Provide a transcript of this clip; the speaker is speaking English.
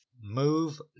move